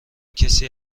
کسی